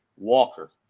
Walker